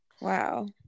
Wow